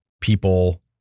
people